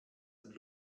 und